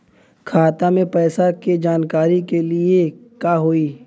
खाता मे पैसा के जानकारी के लिए का होई?